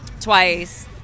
Twice